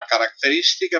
característica